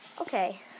Okay